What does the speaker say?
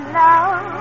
love